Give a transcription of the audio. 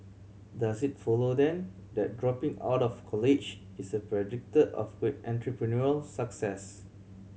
does it follow then that dropping out of college is a predictor of great entrepreneurial success